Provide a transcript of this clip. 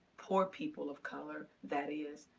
poor people of color, that is.